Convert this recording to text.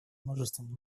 множеством